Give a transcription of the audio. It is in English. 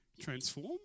transform